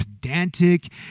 pedantic